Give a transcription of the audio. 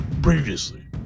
Previously